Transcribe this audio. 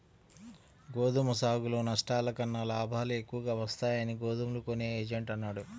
గోధుమ సాగులో నష్టాల కన్నా లాభాలే ఎక్కువగా వస్తాయని గోధుమలు కొనే ఏజెంట్ అన్నాడు